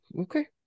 Okay